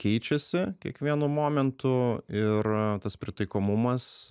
keičiasi kiekvienu momentu ir tas pritaikomumas